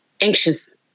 Anxious